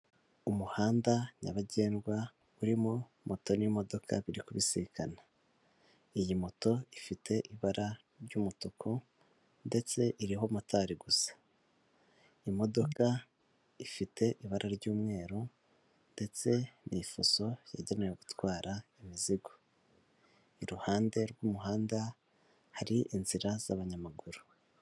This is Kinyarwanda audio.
Umuhanda nyabagendwa urimo moto n'imodoka biri kubisikana, iyi moto ifite ibara ry'umutuku ndetse iriho motari gusa, imodoka ifite ibara ry'umweru ndetse ni ifuso yagenewe gutwara imizigo, iruhande rw'umuhanda hari inzira z'abanyamaguru.